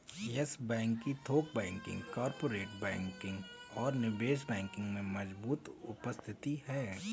yes Bank की थोक banking, corporate banking और निवेश बैंकिंग में मजबूत उपस्थिति है